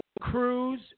Cruz